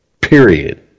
Period